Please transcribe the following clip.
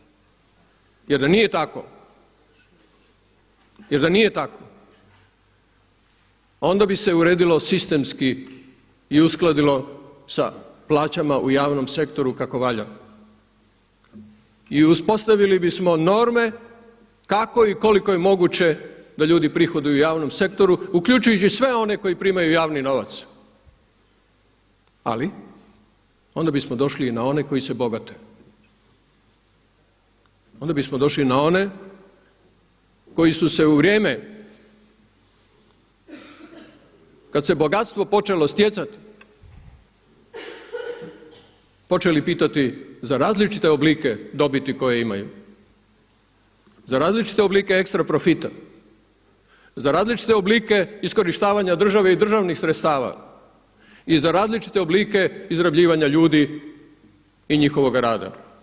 Jer da nije tako onda bi se uredilo sistemski i uskladilo sa plaćama u javnom sektoru kako valja i uspostavili bismo norme kako i koliko je moguće da ljudi prihoduju javnom sektoru uključujući sve one koji primaju javni novac ali onda bismo došli i na one koji se bogate, onda bismo došli i na one koji su se u vrijeme kad se bogatstvo počelo stjecati počeli pitati za različite oblike dobiti koje imaju, za različite oblike ekstra profita, za različite oblike ekstra profita, za različite oblike iskorištavanja države i državnih sredstva i za različite oblike izrabljivanja ljudi i njihovoga rada.